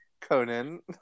Conan